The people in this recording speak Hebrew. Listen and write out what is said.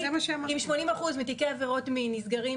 אם 80% מתיקי עבירות מין נסגרים